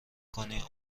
کنی